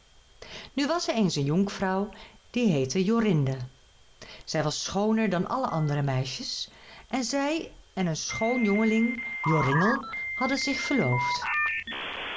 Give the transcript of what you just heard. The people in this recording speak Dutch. nu was er eens een jonkvrouw die heette jorinde zij was schooner dan alle andere meisjes en zij en een schoon jongeling joringel hadden zich verloofd